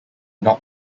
not